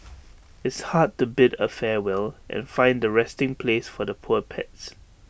it's hard to bid A farewell and find A resting place for the poor pets